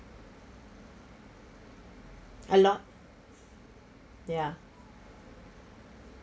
a lot ya